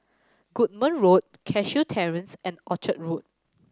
Goodman Road Cashew Terrace and Orchard Road